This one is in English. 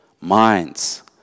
minds